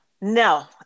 no